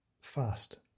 fast